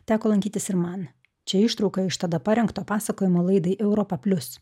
teko lankytis ir man čia ištrauka iš tada parengto pasakojimo laidai europa plius